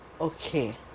Okay